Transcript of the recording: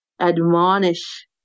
admonish